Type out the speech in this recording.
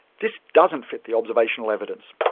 this doesn't fit the observational evidence.